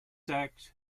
act